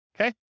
okay